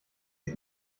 ist